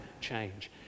change